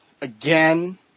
again